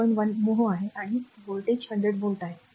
1 mho आहे आणि voltage 100 volt आहे